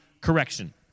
correction